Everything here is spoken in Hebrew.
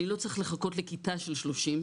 אני לא צריך לחכות לכיתה של 30,